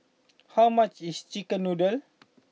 how much is Chicken Noodles